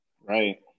Right